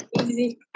easy